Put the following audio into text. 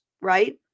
right